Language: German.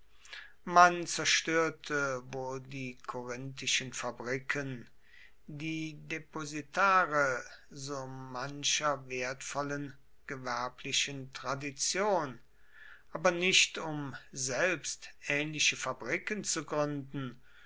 man zerstörte wohl die korinthischen fabriken die depositare so mancher wertvollen gewerblichen tradition aber nicht um selbst ähnliche fabriken zu gründen